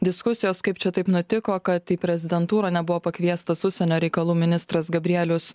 diskusijos kaip čia taip nutiko kad į prezidentūrą nebuvo pakviestas užsienio reikalų ministras gabrielius